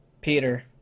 Peter